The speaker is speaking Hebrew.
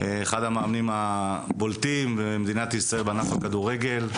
אחד המאמנים הבולטים במדינת ישראל בענף הכדורגל.